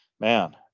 man